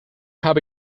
habe